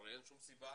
הרי אין שום סיבה